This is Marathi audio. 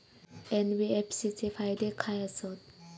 एन.बी.एफ.सी चे फायदे खाय आसत?